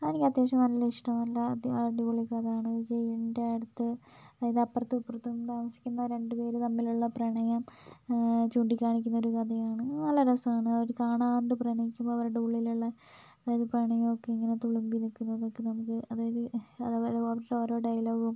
അതെനിക്ക് അത്യാവശ്യം നല്ല ഇഷ്ടം ആണ് നല്ല അടിപൊളി കഥ ആണ് ജയിലിൻ്റെ അടുത്ത് അതായത് അപ്പുറത്തും ഇപ്പുറത്തും താമസിക്കുന്ന രണ്ട് പേർ തമ്മിലുള്ള പ്രണയം ചൂണ്ടികാണിക്കുന്ന ഒരു കഥയാണ് നല്ല രസമാണ് അവർ കാണാണ്ട് പ്രണയിക്കുമ്പോൾ അവരുടെ ഉള്ളിലുള്ള അതായത് പ്രണയം ഒക്കെ ഇങ്ങനെ തുളുമ്പി നിൽക്കുന്നതൊക്കെ നമുക്ക് അതായത് അത് അവർ ഓർത്ത് ഓരോ ഡയലോഗും